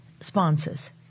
sponsors